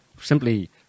simply